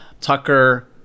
tucker